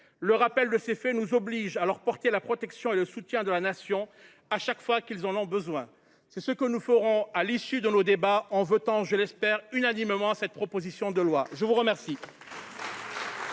Ce rappel nous oblige à leur apporter la protection et le soutien de la Nation chaque fois qu’ils en ont besoin. C’est ce que nous ferons à l’issue de nos débats, en votant, je l’espère unanimement, cette proposition de loi. La parole